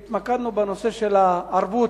התמקדנו בנושא של הערבות,